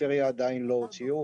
בפריפריה עדיין לא הוציאו.